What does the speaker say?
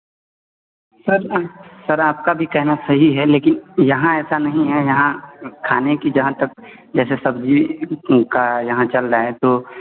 sir sir आपका भी कहना सही है लेकिन यहाँ ऐसा नहीं है यहाँ खाने की जहाँ तक जैसे सब्ज़ी का यहाँ चल रहा है तो